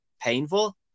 painful